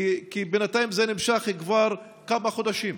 כי בינתיים זה נמשך כבר כמה חודשים.